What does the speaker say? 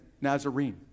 Nazarene